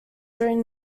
during